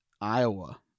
Iowa